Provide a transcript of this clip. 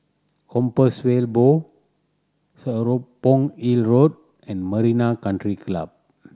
Compassvale Bow Serapong Hill Road and Marina Country Club